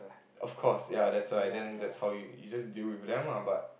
of course ya that's why then that's how you you just deal with them ah but